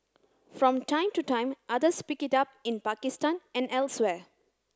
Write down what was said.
from time to time others pick it up in Pakistan and elsewhere